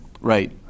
Right